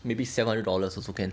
maybe seven hundred dollars also can